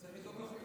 זה בדיוק מה,